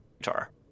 guitar